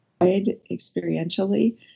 experientially